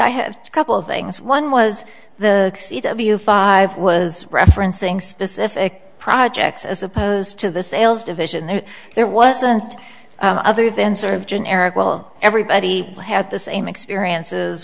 i have a couple things one was the five was referencing specific projects as opposed to the sales division that there wasn't other then sort of generic well everybody had the same experiences